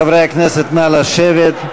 חברי הכנסת, נא לשבת.